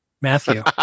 Matthew